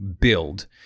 build